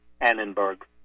Annenberg